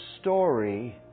story